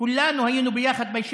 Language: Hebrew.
היינו יחד.